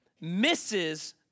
misses